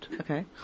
Okay